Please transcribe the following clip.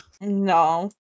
no